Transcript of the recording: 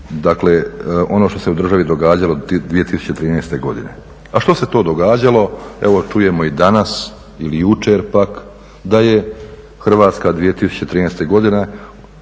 dakle ono što se u državi događalo 2013. godine. A što se to događalo evo čujemo i danas ili jučer pak da je Hrvatska 2013. godine,